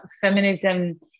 feminism